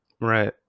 Right